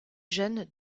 jeunes